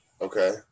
Okay